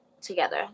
together